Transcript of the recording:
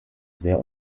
sehr